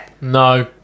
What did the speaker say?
No